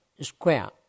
square